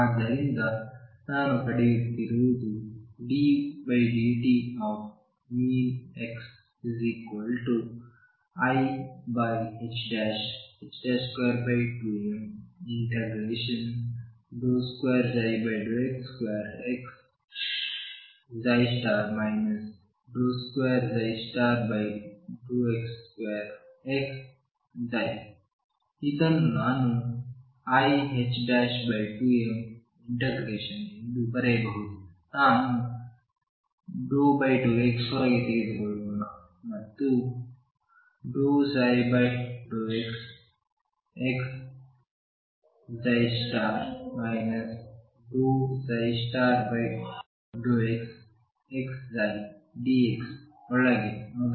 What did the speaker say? ಆದ್ದರಿಂದ ನಾನು ಪಡೆಯುತ್ತಿರುವುದು ddt⟨x⟩i22m ∫2x2x 2x2xψ ಇದನ್ನು ನಾನು iℏ2m∫ಎಂದು ಬರೆಯಬಹುದು ನಾನು ∂x ಹೊರಗೆ ತೆಗೆದುಕೊಳ್ಳೋಣ ಮತ್ತು∂ψ∂xx ∂xxψdx ಒಳಗೆ ಮೊದಲ ಪದ